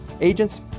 Agents